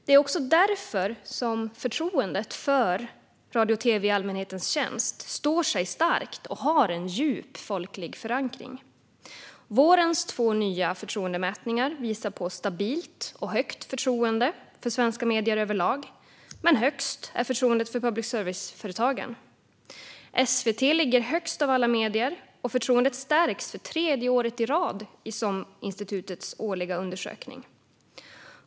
Det är också därför förtroendet för radio och tv i allmänhetens tjänst står sig starkt och har en djup folklig förankring. Vårens två nya förtroendemätningar visar på stabilt och högt förtroende för svenska medier överlag, men högst är förtroendet för public service-företagen. SVT ligger högst av alla medier, och förtroendet stärks för tredje året i rad i SOM-institutets årliga undersökning.